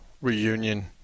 reunion